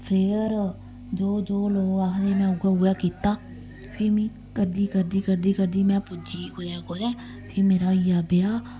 फेर जो जो लोग आखदे में उ'ऐ उ'ऐ कीता फ्ही मी करदी करदी करदी करदी में पुज्जी कुदै कुदै फ्ही मेरा होई गेआ ब्याह्